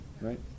right